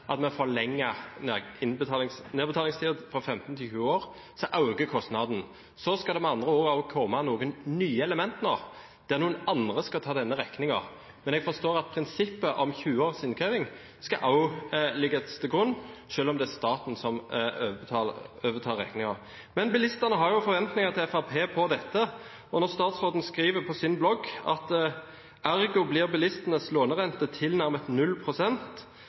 at når vi forlenger nedbetalingstiden fra 15 til 20 år, øker kostnaden. Så skal det med andre ord også komme noen nye elementer, der noen andre skal ta denne regningen. Men jeg forstår at prinsippet om 20 års innkreving også skal ligge til grunn, selv om det er staten som overtar regningen. Men bilistene har forventninger til Fremskrittspartiet når det gjelder dette, og når statsråden skriver på sin blogg at «ergo blir bilistenes lånerente tilnærmet